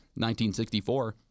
1964